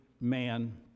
man